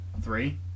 Three